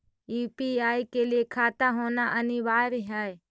UPI के लिए खाता होना अनिवार्य है?